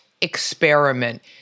experiment